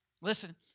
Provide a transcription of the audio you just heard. Listen